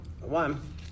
one